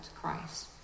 Christ